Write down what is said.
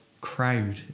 crowd